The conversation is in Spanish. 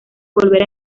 volver